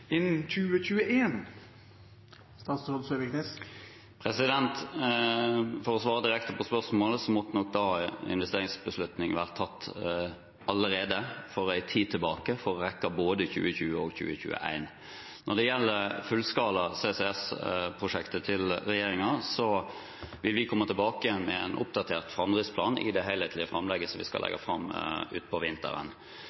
innen 2021? For å svare direkte på spørsmålet: Investeringsbeslutningen måtte nok vært tatt allerede for en tid tilbake for å rekke både 2020 og 2021. Når det gjelder det fullskala CCS-prosjektet til regjeringen, vil vi komme tilbake med en oppdatert framdriftsplan i det helhetlige framlegget som vi skal